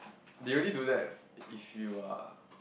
they only do that f~ if you are